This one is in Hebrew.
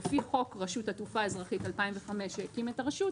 על פי חוק רשות התעופה האזרחית 2005 שהקימה את הרשות,